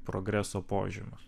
progreso požymius